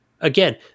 Again